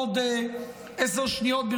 עוד עשר שניות,